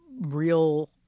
real